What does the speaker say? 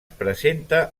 presenta